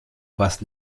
was